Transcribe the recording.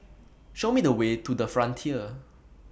Show Me The Way to The Frontier